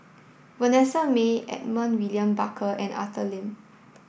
Vanessa Mae Edmund William Barker and Arthur Lim